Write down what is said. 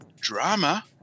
drama